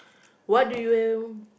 what do you